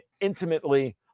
intimately